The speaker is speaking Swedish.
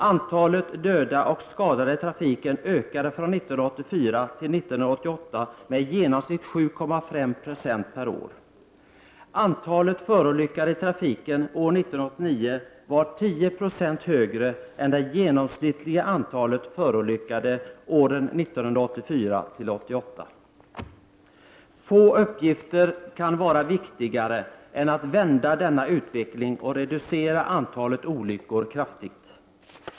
Antalet döda och skadade i trafiken ökade från 1984 till 1988 med i genomsnitt 7,5 70 per år. Antalet förolyckade i trafiken år 1989 var 10 20 högre än det genomsnittliga antalet förolyckade under åren 1984—1988. Få uppgifter kan vara viktigare än att vända denna utveckling och reducera antalet olyckor kraftigt.